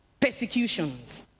persecutions